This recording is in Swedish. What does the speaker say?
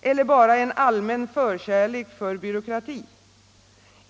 Eller bara en allmän förkärlek för byråkrati?